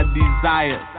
desire